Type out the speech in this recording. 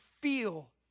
feel